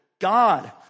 God